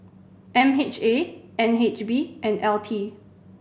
M H A N H B and L T